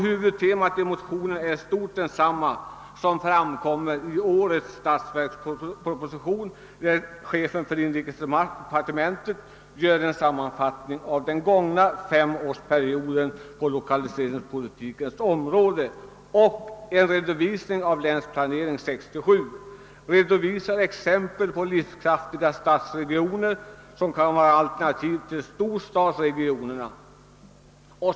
Huvudtemat i motionen är i stort sett detsamma som framkommer i årets statsverksproposition, när departementschefen gör en sammanfattning av den gångna femårsperioden på lokaliseringspolitikens område och vid en redovisning av Länsplanering 1967 ger exempel på vissa livskraftiga stadsregioner som kan vara alternativ till storstadsregionerna.